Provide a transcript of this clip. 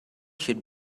should